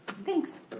thanks.